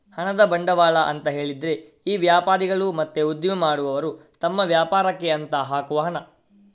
ಹಣದ ಬಂಡವಾಳ ಅಂತ ಹೇಳಿದ್ರೆ ಈ ವ್ಯಾಪಾರಿಗಳು ಮತ್ತೆ ಉದ್ದಿಮೆ ಮಾಡುವವರು ತಮ್ಮ ವ್ಯಾಪಾರಕ್ಕೆ ಅಂತ ಹಾಕುವ ಹಣ